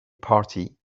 party